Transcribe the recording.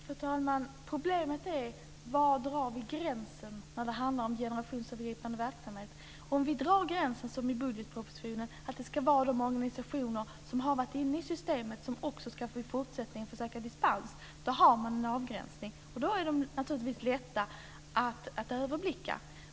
Fru talman! Problemet är var vi drar gränsen när det handlar om generationsövergripande verksamhet. Om vi drar gränsen som i budgetpropositionen, att det är de organisationer som har varit inne i systemet som också i fortsättningen ska få söka dispens, har man en avgränsning, och då är de naturligtvis också lätta att överblicka.